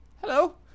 hello